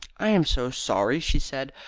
i am so sorry, she said,